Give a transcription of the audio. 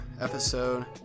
episode